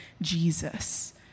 Jesus